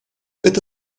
это